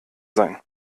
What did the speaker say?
sein